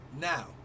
Now